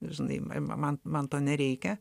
žinai man man to nereikia